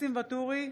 ניסים ואטורי,